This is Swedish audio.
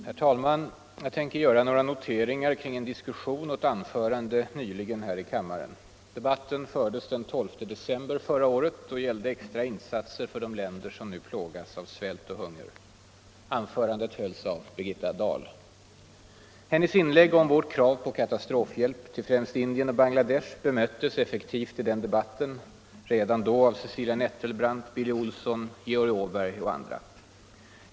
Herr talman! Jag tänker göra några noteringar kring en diskussion och ett anförande nyligen här i kammaren. Debatten fördes den 12 december förra året och gällde extra insatser för de länder som nu plågas av svält och hunger. Anförandet hölls av Birgitta Dahl. Hennes inlägg om vårt krav på katastrofhjälp till främst Indien och Bangladesh bemöttes effektivt redan i den debatten av Cecilia Nettelbrandt, Billy Olsson, Georg Åberg och andra.